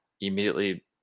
immediately